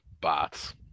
bots